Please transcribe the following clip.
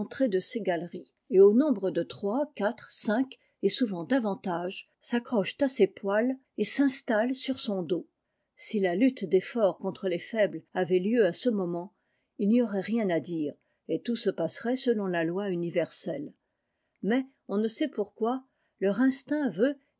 de ces galeries et au nombre de trois quatre cinq et souvent davantage s'accrochent à ses poils et s'installent sur son dos si la lutte dés forts contre les faibles avait lieu à ce moment il n'y aurait rien à lireet tout se passerait selon la loi universelle mais on ne sait pourquoi leur instinct veut